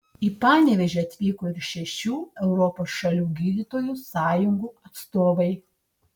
į panevėžį atvyko ir šešių europos šalių gydytojų sąjungų atstovai